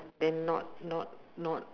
then not not not